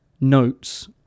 notes